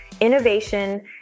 innovation